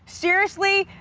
seriously,